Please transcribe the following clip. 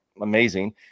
amazing